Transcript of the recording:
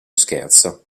scherzo